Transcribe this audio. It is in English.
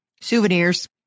Souvenirs